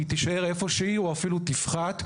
היא תישאר איפה שהיא או אפילו תפחת,